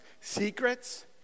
secrets